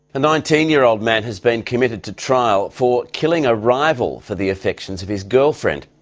a nineteen year old man has been committed to trial for killing a rival for the affections of his girlfriend.